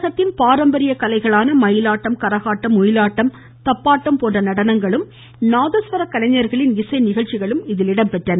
தமிழகத்தின் பாரம்பரிய கலைகளான மயிலாட்டம் கரகாட்டம் ஒயிலாட்டம் தப்பாட்டம் போன்ற நடனங்களும் நாதஸ்வர கலைஞர்களின் இசை நிகழ்ச்சிகளும் இதில் இடம்பெற்றன